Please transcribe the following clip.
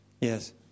yes